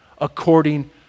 according